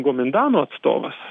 gomindano atstovas